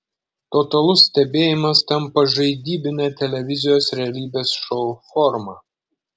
totalus stebėjimas tampa žaidybine televizijos realybės šou forma